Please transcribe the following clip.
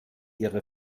ihre